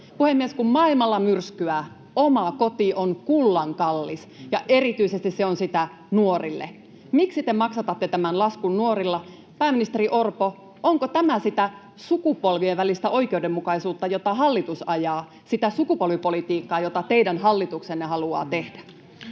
Puhemies! Kun maailmalla myrskyää, oma koti on kullan kallis, ja se on sitä erityisesti nuorille. Miksi te maksatatte tämän laskun nuorilla? Pääministeri Orpo, onko tämä sitä sukupolvien välistä oikeudenmukaisuutta, jota hallitus ajaa — sitä sukupolvipolitiikkaa, jota teidän hallituksenne haluaa tehdä?